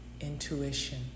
intuition